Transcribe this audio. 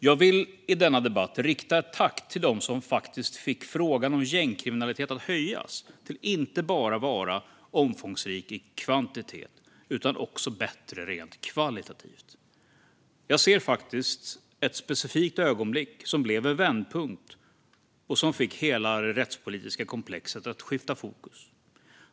Jag vill i denna debatt rikta ett tack till dem som faktiskt fick frågan om gängkriminalitet att höjas till att inte bara vara omfångsrik i kvantitet utan också bättre rent kvalitativt. Jag ser faktiskt ett specifikt ögonblick som blev en vändpunkt och fick hela det rättspolitiska komplexet att skifta fokus.